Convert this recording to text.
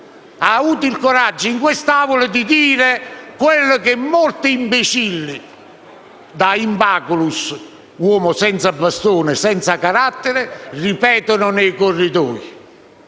ha avuto il coraggio di dire in quest'Aula quello che molti imbecilli (da *imbaculus*, uomo senza bastone, senza carattere) ripetono nei corridoi;